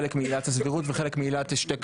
חלק עילת הסבירות,